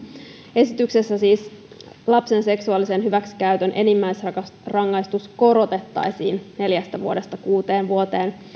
esityksessä siis lapsen seksuaalisen hyväksikäytön enimmäisrangaistus korotettaisiin neljästä vuodesta kuuteen vuoteen